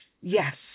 Yes